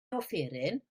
offeryn